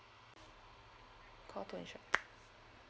call two insur~